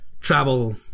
travel